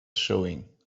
showing